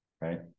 right